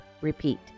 Repeat